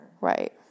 Right